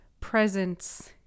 presence